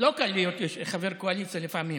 לא קל להיות חבר קואליציה לפעמים.